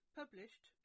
published